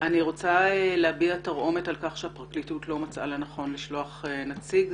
אני רוצה להביע תרעומת על כך שהפרקליטות לא מצאה לנכון לשלוח נציג.